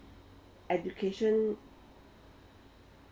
education